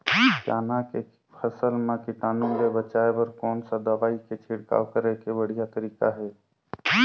चाना के फसल मा कीटाणु ले बचाय बर कोन सा दवाई के छिड़काव करे के बढ़िया तरीका हे?